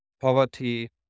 poverty